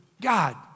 God